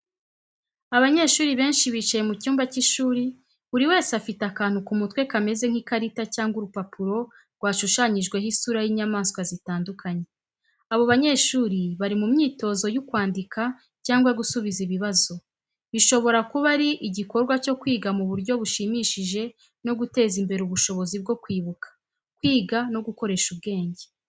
Abanyeshuri benshi bicaye mu cyumba cy’ishuri, buri wese afite akantu ku mutwe kameze nk’ikarita cyangwa urupapuro rwashushanyijweho isura y’inyamaswa zitandukanye. Abo banyeshuri bari mu myitozo y’ukwandika cyangwa gusubiza ibibazo, bishobora kuba ari igikorwa cyo kwiga mu buryo bushimishije no guteza imbere ubushobozi bwo kwibuka, kwiga, no gukoresha ubwenge.